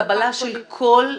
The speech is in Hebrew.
קבלה של כל קופה?